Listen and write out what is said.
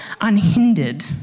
unhindered